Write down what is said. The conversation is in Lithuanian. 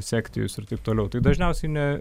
sekti jus ir taip toliau tai dažniausiai ne